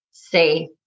say